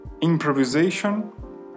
Improvisation